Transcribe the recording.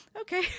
Okay